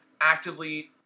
actively